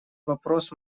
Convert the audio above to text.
вопрос